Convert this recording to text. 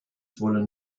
wollen